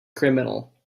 criminal